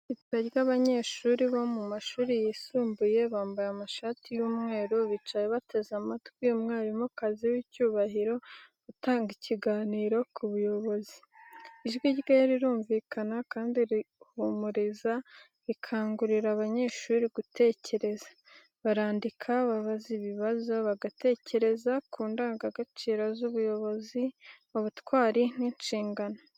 Itsinda ry’abanyeshuri bo mu mashuri yisumbuye bambaye amashati y’umweru bicaye bateze amatwi umwarimukazi w’icyubahiro utanga ikiganiro ku buyobozi. Ijwi rye rirumvikana kandi rihumuriza, rikangurira abanyeshuri gutekereza. Barandika, babaza ibibazo, bagatekereza ku ndangagaciro z’ubuyobozi, ubutwari n’inshingano.